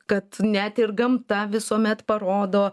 kad net ir gamta visuomet parodo